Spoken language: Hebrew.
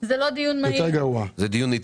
זה דיון אטי.